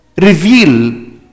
reveal